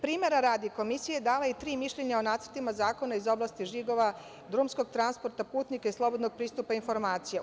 Primera radi, Komisija je dala tri mišljenja o nacrtima zakona iz oblasti žigova, drumskog transporta putnika i slobodnog pristupa informacijama.